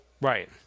Right